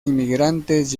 inmigrantes